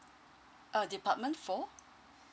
uh department for